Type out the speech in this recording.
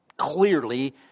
clearly